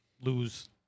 lose